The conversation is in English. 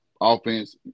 offense